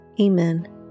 Amen